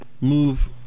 move